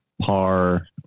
par